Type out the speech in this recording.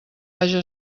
haja